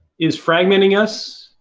is fragmenting us.